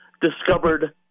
discovered